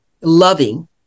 loving